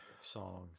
songs